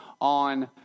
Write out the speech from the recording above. on